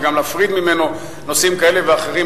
וגם להפריד ממנו נושאים כאלה ואחרים,